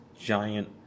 giant